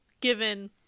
given